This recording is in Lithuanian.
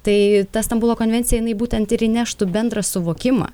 tai ta stambulo konvencija jinai būtent ir įneštų bendrą suvokimą